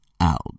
out